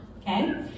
okay